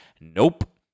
Nope